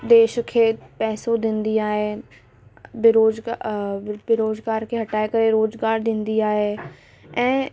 देश खे पैसो ॾींदी आहे बेरोज़गार बेरोज़गार खे हटाए करे रोज़गारु ॾींदी आहे ऐं